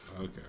Okay